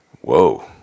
whoa